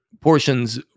portions